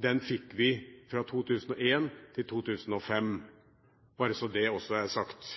den fikk vi fra 2001 til 2005 – bare så det også er sagt.